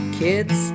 kids